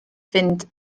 fynd